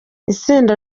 itsinda